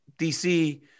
DC